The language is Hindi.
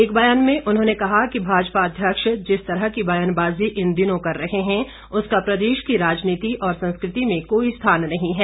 एक ब्यान में उन्होंने कहा कि भाजपा अध्यक्ष जिस तरह की ब्यानबाजी इन दिनों कर रहे हैं उसका प्रदेश की राजनीति और संस्कृति में कोई स्थान नहीं है